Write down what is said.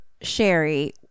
Sherry